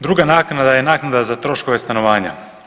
Druga naknada je naknada za troškove stanovanja.